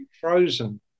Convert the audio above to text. Frozen